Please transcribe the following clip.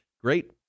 Great